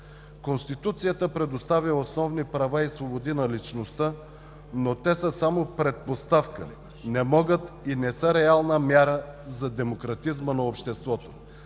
Конституцията предоставя основни права и свободи на личността, но те са само предпоставка. Не могат и не са реална мяра за демократизма на обществото.